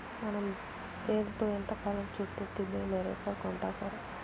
మనం బేల్తో ఎంతకాలం చుట్టిద్ది బేలే రేపర్ కొంటాసరి